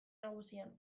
nagusian